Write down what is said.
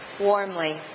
warmly